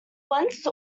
once